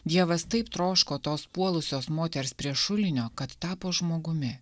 dievas taip troško tos puolusios moters prie šulinio kad tapo žmogumi